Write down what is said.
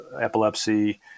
epilepsy